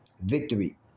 victory